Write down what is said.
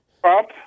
Trump